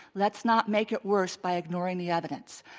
let's not make it worse by ignoring the evidence.